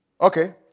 Okay